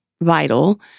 vital